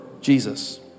Jesus